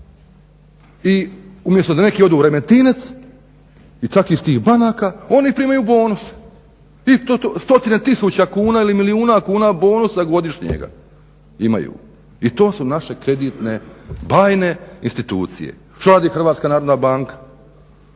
i umjesto da neki odu u Remetinec i takvi iz tih banaka oni primaju bonuse i to stotine tisuća kuna ili milijuna kuna bonusa godišnjega imaju. I to su naše kreditne bajne institucije. Što radi HNB? Ona